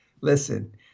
listen